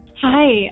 Hi